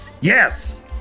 yes